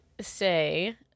Say